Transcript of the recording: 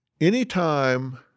Anytime